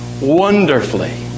wonderfully